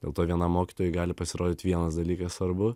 dėl to vienam mokytojui gali pasirodyt vienas dalykas svarbu